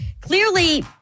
clearly